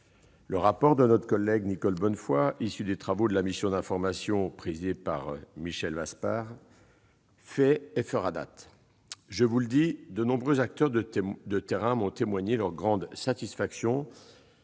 Le rapport de notre collègue Nicole Bonnefoy, issu des travaux de la mission d'information présidée par Michel Vaspart, fera date. Je vous le dis, de nombreux acteurs de terrain m'ont témoigné leur grande satisfaction